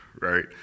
right